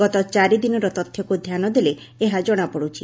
ଗତ ଚାରିଦିନର ତଥ୍ୟକୁ ଧ୍ୟାନ ଦେଲେ ଏହା ଜଶାପଡୁଛି